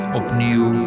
opnieuw